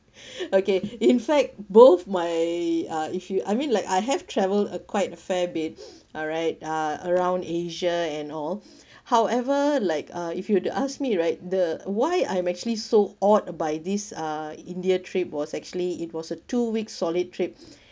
okay in fact both my uh if you I mean like I have travelled a quite fair bit alright uh around asia and all however like uh if you were to ask me right the why I'm actually so awed by this uh india trip was actually it was a two week solid trip